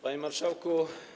Panie Marszałku!